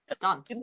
Done